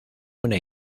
una